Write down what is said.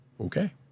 okay